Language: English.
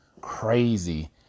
crazy